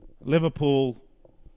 Liverpool